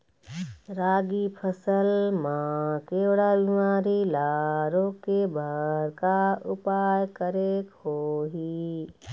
रागी फसल मा केवड़ा बीमारी ला रोके बर का उपाय करेक होही?